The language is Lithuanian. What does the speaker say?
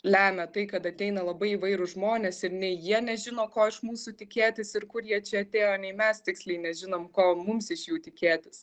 lemia tai kad ateina labai įvairūs žmonės ir nei jie nežino ko iš mūsų tikėtis ir kur jie čia atėjo nei mes tiksliai nežinom ko mums iš jų tikėtis